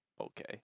Okay